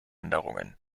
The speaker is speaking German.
änderungen